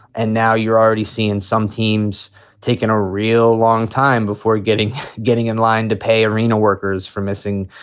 and now you're already seeing some teams taken a real long time before getting getting in line to pay arena workers for missing,